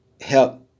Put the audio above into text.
help